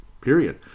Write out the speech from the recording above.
Period